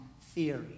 theory